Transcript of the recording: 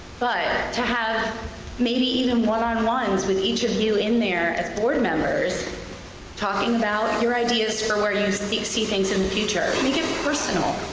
but to have maybe even one on ones with each of you in there as board members talking about your ideas for where you see see things in the future, make it personal,